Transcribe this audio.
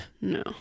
No